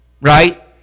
Right